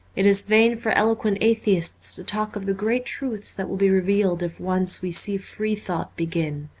it is vain for eloquent atheists to talk of the great truths that will be revealed if once we see free thought begin.